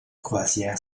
croisière